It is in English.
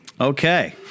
Okay